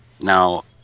now